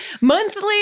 monthly